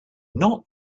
not